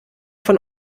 von